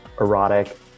Erotic